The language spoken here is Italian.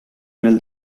nel